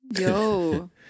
Yo